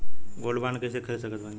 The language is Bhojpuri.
गोल्ड बॉन्ड कईसे खरीद सकत बानी?